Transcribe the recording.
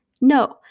no